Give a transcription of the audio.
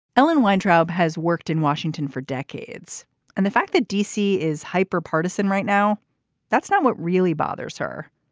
ellen weintraub has worked in washington for decades and the fact that d c. is hyper partisan right now that's not what really bothers her.